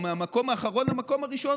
או מהמקום האחרון למקום הראשון,